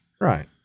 Right